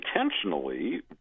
intentionally